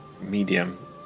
medium